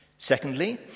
Secondly